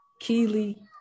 Keely